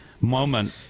moment